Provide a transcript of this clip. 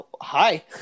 Hi